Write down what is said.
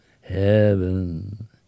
heaven